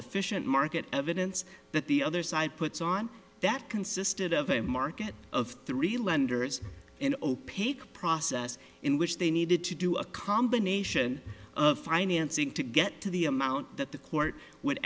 efficient market evidence that the other side puts on that consisted of a market of three lenders in opaque process in which they needed to do a combination of financing to get to the amount that the court would